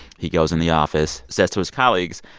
he goes in the office, says to his colleagues,